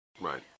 Right